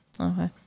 Okay